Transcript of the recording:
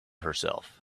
herself